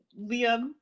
Liam